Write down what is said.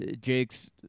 jake's